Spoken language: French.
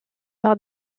par